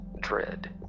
dread